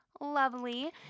lovely